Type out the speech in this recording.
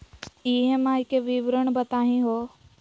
EMI के विवरण बताही हो?